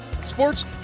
Sports